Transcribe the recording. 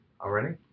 Already